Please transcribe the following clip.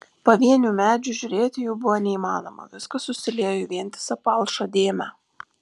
pavienių medžių įžiūrėti jau buvo neįmanoma viskas susiliejo į vientisą palšą dėmę